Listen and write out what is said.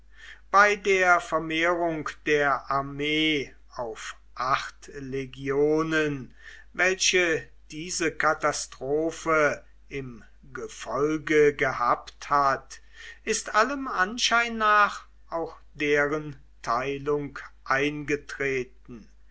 bei der vermehrung der armee auf acht legionen welche diese katastrophe im gefolge gehabt hat ist allem anschein nach auch deren teilung eingetreten